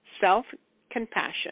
self-compassion